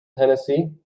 tennessee